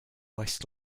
west